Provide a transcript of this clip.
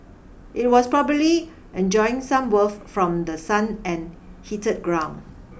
it was probably enjoying some warmth from the sun and heated ground